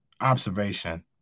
observation